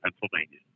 Pennsylvania